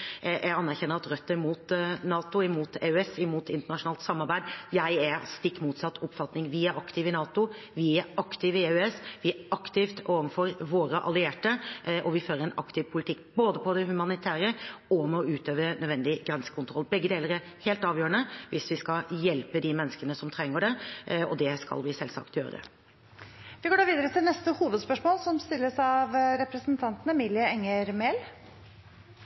Jeg anerkjenner at Rødt er imot NATO, imot EØS, imot internasjonalt samarbeid. Jeg er av stikk motsatt oppfatning. Vi er aktive i NATO, vi er aktive i EØS, vi er aktive overfor våre allierte, og vi fører en aktiv politikk både på det humanitære og ved å utøve nødvendig grensekontroll. Begge deler er helt avgjørende hvis vi skal hjelpe de menneskene som trenger det, og det skal vi selvsagt gjøre. Vi går videre til neste hovedspørsmål.